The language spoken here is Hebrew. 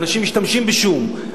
אנשים משתמשים בשום.